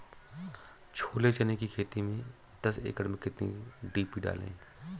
छोले चने की खेती में दस एकड़ में कितनी डी.पी डालें?